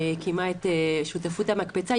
שהקימה את שותפות המקפצה.